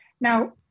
Now